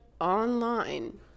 Online